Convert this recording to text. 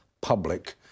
public